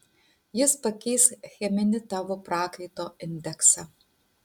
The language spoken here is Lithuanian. jis pakeis cheminį tavo prakaito indeksą